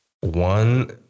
One